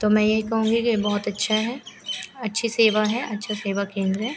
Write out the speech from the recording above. तो मैं यही कहूँगी कि बहुत अच्छा है अच्छी सेवा है अच्छा सेवा केन्द्र है